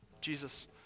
Jesus